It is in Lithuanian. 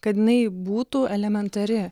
kad jinai būtų elementari